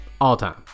All-time